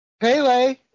Pele